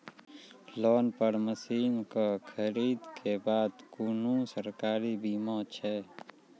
Loan पर मसीनऽक खरीद के बाद कुनू सरकारी बीमा छै?